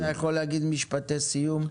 איתי, אם אתה יכול להגיד משפטי סיום.